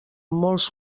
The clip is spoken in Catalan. molts